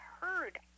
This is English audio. heard